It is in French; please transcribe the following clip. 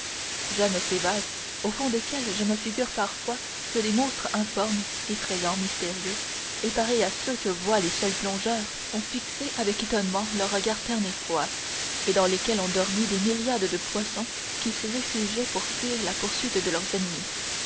j'aime ces vases au fond desquels je me figure parfois que des monstres informes effrayants mystérieux et pareils à ceux que voient les seuls plongeurs ont fixé avec étonnement leur regard terne et froid et dans lesquels ont dormi des myriades de poissons qui s'y réfugiaient pour fuir la poursuite de leurs ennemis